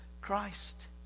Christ